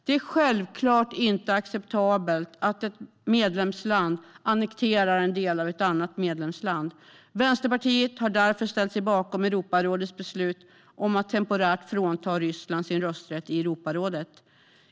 Det är självklart inte acceptabelt att ett medlemsland annekterar en del av ett annat medlemsland. Vänsterpartiet har därför ställt sig bakom Europarådets beslut om att temporärt frånta Ryssland landets rösträtt i Europarådet.